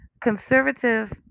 Conservative